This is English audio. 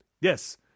Yes